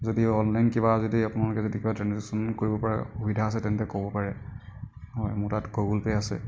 যদি অনলাইন কিবা যদি আপোনালোকে যদি কিবা ট্ৰেনজেকচন কৰিব পৰা সুবিধা আছে তেন্তে ক'ব পাৰে হয় মোৰ তাত গুগল পে' আছে